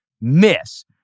miss